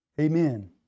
Amen